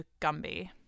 Gumby